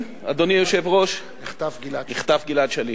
נחטף גלעד שליט,